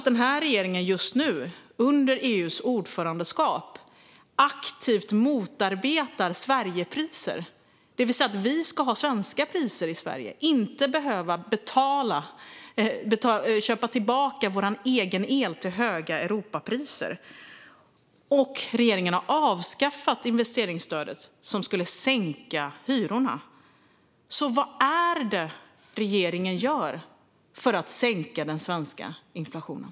Under EU-ordförandeskapet motarbetar den här regeringen nu aktivt Sverigepriser, det vill säga att vi ska ha svenska priser i Sverige och inte behöva köpa tillbaka vår egen el till höga Europapriser. Och regeringen har avskaffat investeringsstödet som skulle sänka hyrorna. Så vad är det regeringen gör för att sänka den svenska inflationen?